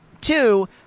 two